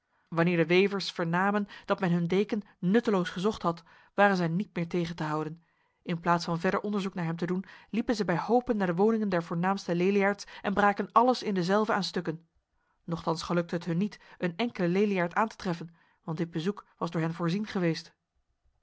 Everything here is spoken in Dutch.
wanneer de wevers vernamen dat men hun deken nutteloos gezocht had waren zij niet meer tegen te houden in plaats van verder onderzoek naar hem te doen liepen zij bij hopen naar de woningen der voornaamste leliaards en braken alles in dezelve aan stukken nochtans gelukte het hun niet een enkele leliaard aan te treffen want dit bezoek was door hen voorzien geweest